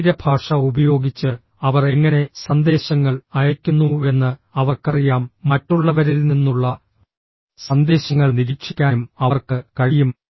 ശരീരഭാഷ ഉപയോഗിച്ച് അവർ എങ്ങനെ സന്ദേശങ്ങൾ അയയ്ക്കുന്നുവെന്ന് അവർക്കറിയാം മറ്റുള്ളവരിൽ നിന്നുള്ള സന്ദേശങ്ങൾ നിരീക്ഷിക്കാനും അവർക്ക് കഴിയും